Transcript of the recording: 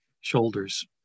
shoulders